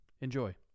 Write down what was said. enjoy